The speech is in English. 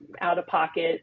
out-of-pocket